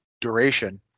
duration